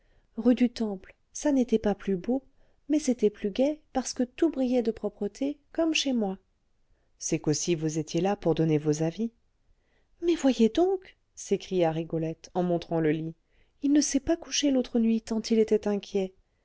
rue du temple ça n'était pas plus beau mais c'était plus gai parce que tout brillait de propreté comme chez moi c'est qu'aussi vous étiez là pour donner vos avis mais voyez donc s'écria rigolette en montrant le lit il ne s'est pas couché l'autre nuit tant il était inquiet